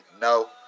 No